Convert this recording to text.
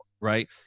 right